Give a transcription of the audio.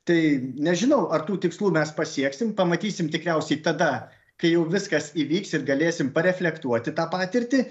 tai nežinau ar tų tikslų mes pasieksim pamatysim tikriausiai tada kai jau viskas įvyks ir galėsim pareflektuoti tą patirtį